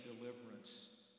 deliverance